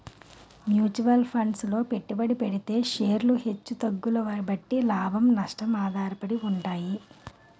mutual funds లో పెట్టుబడి పెడితే షేర్లు హెచ్చు తగ్గుల బట్టి లాభం, నష్టం ఆధారపడి ఉంటాయి